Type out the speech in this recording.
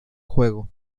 juego